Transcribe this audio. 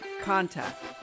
contact